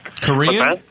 Korean